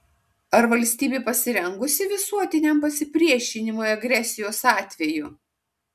ar valstybė pasirengusi visuotiniam pasipriešinimui agresijos atveju